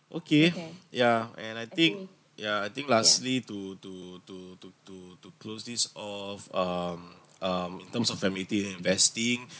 okay yeah and I think yeah I think lastly to to to to to to close this off um um in terms of familiarity investing